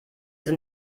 sind